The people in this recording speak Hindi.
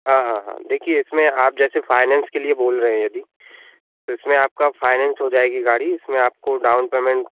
हाँ हाँ हाँ देखिए इसमें आप जैसे फ़ाइनैन्स के लिए बोल रहे हैं यदि तो इसमें आपका फ़ाइनैन्स हो जाएगी गाड़ी इसमें आपको डाउन पेमेंट